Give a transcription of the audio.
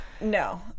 No